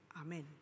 amen